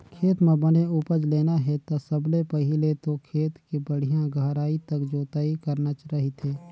खेत म बने उपज लेना हे ता सबले पहिले तो खेत के बड़िहा गहराई तक जोतई करना रहिथे